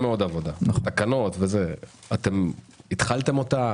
אתם התחלתם אותה?